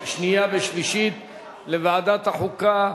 לוועדת החוקה,